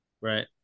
Right